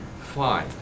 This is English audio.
Fine